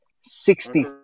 sixty